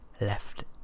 left